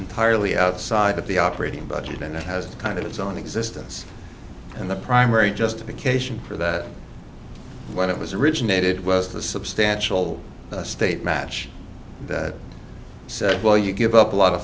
entirely outside of the operating budget and it has kind of its own existence and the primary justification for that when it was originated was the substantial state match that said well you give up a lot of